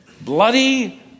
Bloody